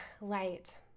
light